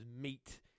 meat